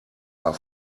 are